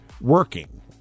working